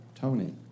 Tony